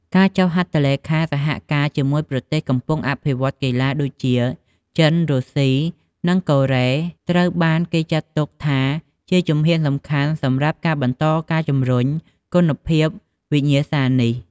ការចុះហត្ថលេខាសហការជាមួយប្រទេសកំពុងអភិវឌ្ឍកីឡាដូចជាចិន រុស្ស៊ី និងកូរ៉េ ត្រូវបានគេចាត់ទុកថាជាជំហានសំខាន់សម្រាប់ការបន្តការជំរុញគុណភាពវិញ្ញាសានេះ។